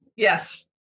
Yes